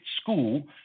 school